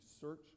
search